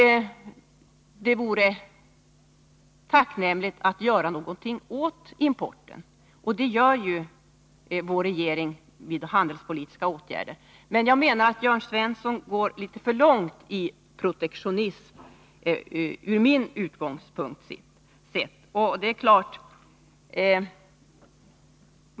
Det vore tacknämligt att göra någonting åt importen, och det gör ju vår regering via handelspolitiska åtgärder. Men jag menar att Jörn Svensson går litet för långt i protektionism från min utgångspunkt sett.